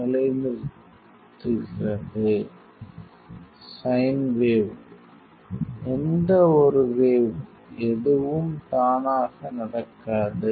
நன்றாக இருக்கிறது